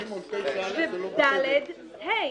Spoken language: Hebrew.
ו-(ד)(ה).